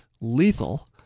lethal